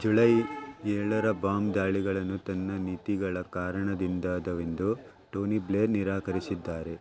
July ಏಳರ ಬಾಂಬ್ ದಾಳಿಗಳನ್ನು ತನ್ನ ನೀತಿಗಳ ಕಾರಣದಿಂದಾದವೆಂದು ಟೋನಿ ಬ್ಲೇರ್ ನಿರಾಕರಿಸಿದ್ದಾರೆ